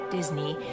Disney